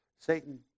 Satan